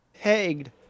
pegged